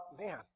man